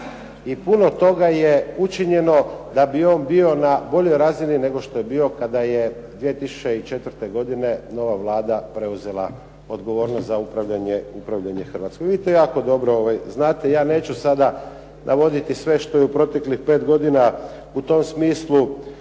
I puno se toga učinilo da bi on bio na boljoj razini nego što je bio kada je 2004. godine nova Vlada preuzela odgovornost za upravljanje Hrvatskom. Vidite jako dobro, ja neću navoditi sada sve što je u proteklih 5 godina u tom smislu